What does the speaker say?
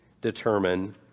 determine